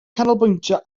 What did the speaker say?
canolbwyntio